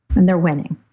and they're winning.